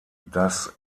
das